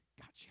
gotcha